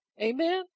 Amen